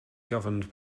governed